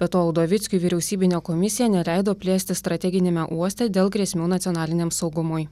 be to udovickiui vyriausybinė komisija neleido plėstis strateginiame uoste dėl grėsmių nacionaliniam saugumui